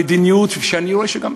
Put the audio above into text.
המדיניות, ואני רואה שהיא גם